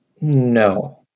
No